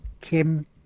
Kim